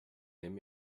nehmen